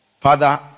Father